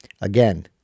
again